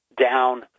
down